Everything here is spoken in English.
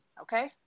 okay